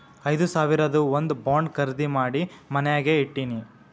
ಐದು ಸಾವಿರದು ಒಂದ್ ಬಾಂಡ್ ಖರ್ದಿ ಮಾಡಿ ಮನ್ಯಾಗೆ ಇಟ್ಟಿನಿ